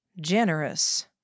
Generous